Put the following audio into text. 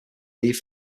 leave